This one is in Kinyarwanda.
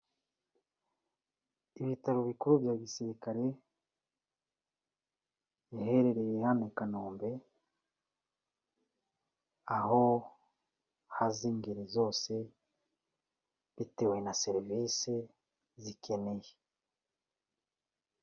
Ibitaro bikuru bya gisirikare biherereye hano i Kanombe, aho haza ingeri zose, bitewe na serivisi zikeneye.